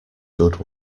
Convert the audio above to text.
good